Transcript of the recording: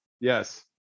Yes